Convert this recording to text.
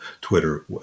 Twitter